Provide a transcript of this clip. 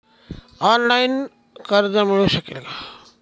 Online कर्ज मिळू शकेल का?